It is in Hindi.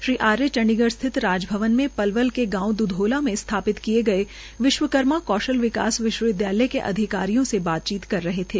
श्री आर्य चंडीगढ़ स्थित राज भवन में पलवल के गांव द्धोला में स्थापित विश्वकर्मा कौशल विकास विश्वविद्यालय के अधिकारियों से बातचीत कर रहे थे